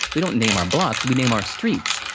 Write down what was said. we don't name our blocks, we name our streets.